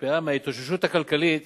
שהושפעה מההתאוששות הכלכלית